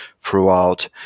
throughout